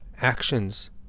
actions